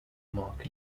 mark